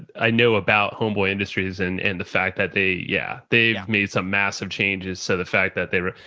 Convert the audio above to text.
i know about homeboy industries and and the fact that they, yeah, they've made some massive changes. so the fact that they are,